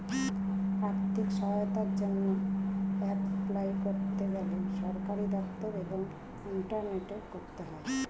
আর্থিক সহায়তার জন্যে এপলাই করতে গেলে সরকারি দপ্তর এবং ইন্টারনেটে করতে হয়